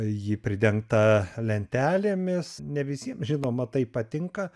ji pridengta lentelėmis ne visiem žinoma tai patinka